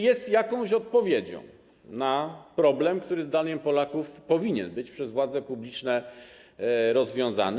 Jest jakąś odpowiedzią na problem, który zdaniem Polaków powinien być przez władze publiczne rozwiązany.